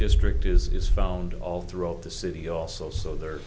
district is is found all throughout the city also so they're